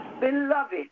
Beloved